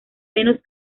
menos